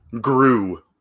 grew